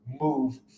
move